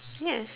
yes